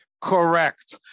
Correct